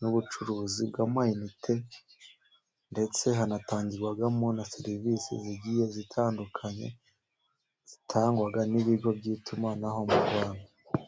n'ubucuruzi bw'amayinite, ndetse hanatangirwamo na serivisi zigiye zitandukanye zitangwa n'ibigo by'itumanaho mu rwanda.